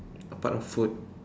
apart of food